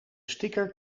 sticker